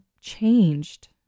changed